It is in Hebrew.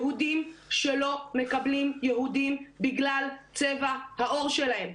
יהודים שלא מקבלים יהודים בגלל צבע העור שלהם.